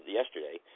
yesterday